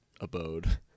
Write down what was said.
abode